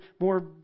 more